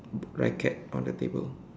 racket on the table